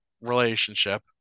relationship